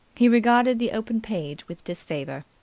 he regarded the open page with disfavour.